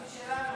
בבקשה.